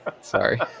Sorry